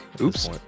Oops